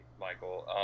Michael